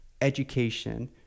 education